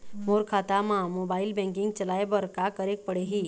मोर खाता मा mobile banking चलाए बर का करेक पड़ही?